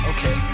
Okay